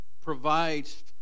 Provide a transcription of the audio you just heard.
provides